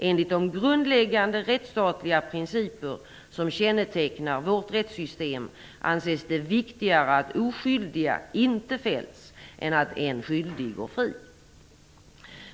Enligt de grundläggande rättsstatliga principer som kännetecknar vårt rättssystem anses det viktigare att oskyldiga inte fälls än att en skyldig går fri.